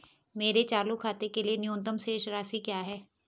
मेरे चालू खाते के लिए न्यूनतम शेष राशि क्या है?